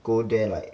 go there like